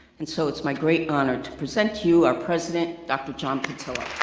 and so it's my great honor to present to you our president, dr. john petillo.